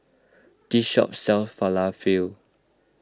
this shop sells Falafel